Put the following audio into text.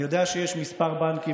אני יודע שיש כמה בנקים,